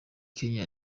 kenya